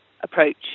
approach